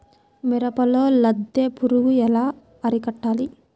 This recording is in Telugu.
మిరపలో లద్దె పురుగు ఎలా అరికట్టాలి?